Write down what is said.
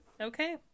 okay